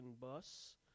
bus